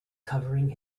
covering